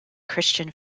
christian